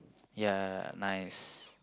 ya nice